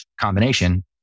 combination